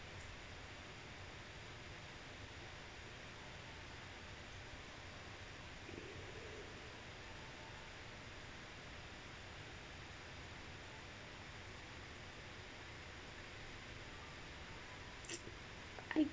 I